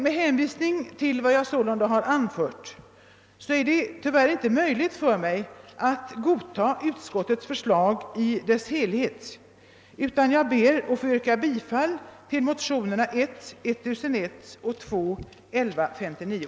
Med hänsyn till vad jag här anfört är det tyvärr inte möjligt för mig att godta utskottets förslag i dess helhet, utan jag ber att få yrka bifall till motionerna I: 1001 och II: 1159.